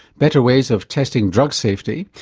better ways of testing drug safety,